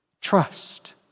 trust